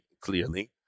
clearly